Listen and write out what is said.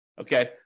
Okay